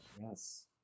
Yes